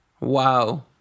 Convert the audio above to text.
Wow